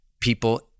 People